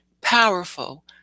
powerful